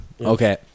Okay